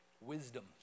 Wisdom